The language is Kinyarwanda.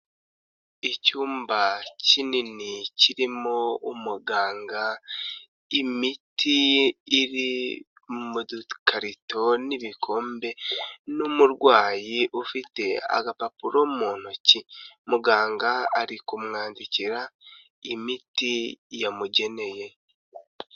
Icyumba kinini kirimo umuganga, imiti iri mukarito n'ibikombe n'umurwayi ufite agapapuro mu ntoki. Muganga ari kumwandikira imiti yamugeneye.